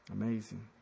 amazing